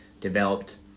developed